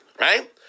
Right